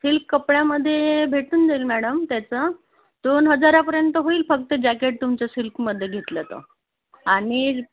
silk कपड्यामध्ये भेटून जाईन मॅडम त्याचं दोन हजारापर्यंत होईल फक्त जॅकेट तुमचं सिल्कमध्ये घेतलं तर आणि